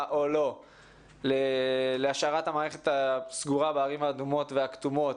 או לא להשארת המערכת הסגורה בערים האדומות והכתומות,